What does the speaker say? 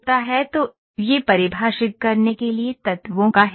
तो यह परिभाषित करने के लिए तत्वों का हिस्सा है